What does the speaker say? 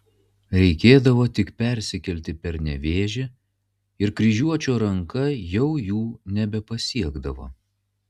reikėdavo tik persikelti per nevėžį ir kryžiuočio ranka jau jų nebepasiekdavo